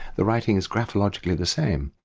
the writing is graphologically the same.